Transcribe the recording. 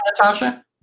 Natasha